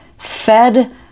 fed